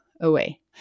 away